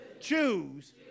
choose